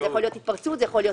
זה יכול להיות התפרצות, אונס,